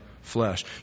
flesh